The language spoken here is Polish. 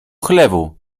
chlewu